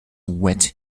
wet